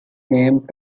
named